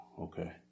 Okay